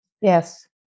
Yes